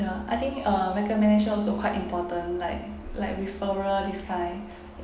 ya I think uh recommendation also quite important like like referral this kind